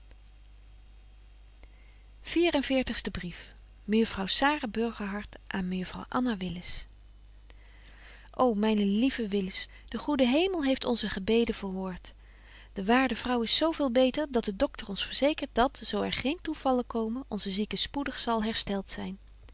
anna willis o myne lieve willis de goede hemel heeft onze gebeden verhoort de waarde vrouw is zo veel beter dat de doctor ons verzekert dat zo er geen toevallen komen onze zieke spoedig zal herstelt zyn